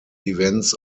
events